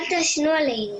אל תעשנו עלינו.